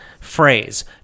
phrase